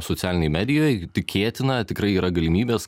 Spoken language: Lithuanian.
socialinėj medijoj tikėtina tikrai yra galimybės